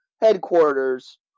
headquarters